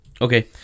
okay